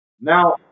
Now